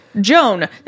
Joan